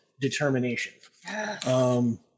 Determination